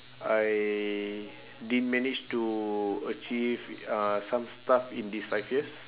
I didn't manage to achieve uh some stuff in this five years